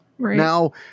Now